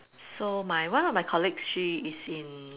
so my one of my colleagues she is in